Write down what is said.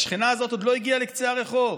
השכנה הזאת עוד לא הגיעה לקצה הרחוב,